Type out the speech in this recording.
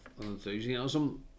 enthusiasm